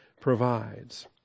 provides